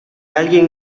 alguien